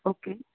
okay